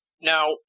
Now